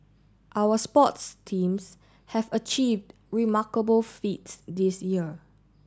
our sports teams have achieved remarkable feats this year